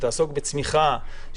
שתעסוק בצמיחה,